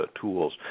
tools